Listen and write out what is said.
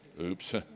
Oops